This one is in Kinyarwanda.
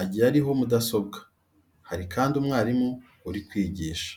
agiye ariho mudasobwa. Hari kandi umwarimu uri kwigisha.